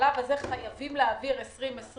חייבים להעביר תקציב ל-2020,